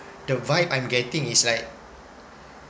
the vibe I'm getting is like